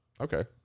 okay